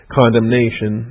condemnation